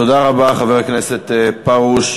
תודה רבה, חבר הכנסת פרוש.